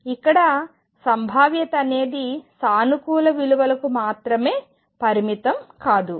ఇక్కడ సంభావ్యత అనేది సానుకూల విలువలకు మాత్రమే పరిమితం కాదు